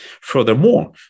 Furthermore